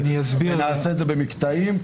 ונעשה את זה במקטעים,